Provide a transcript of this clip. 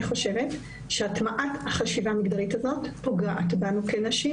אני חושבת שהטמעת החשיבה המגדרית הזאת פוגעת בנו כנשים.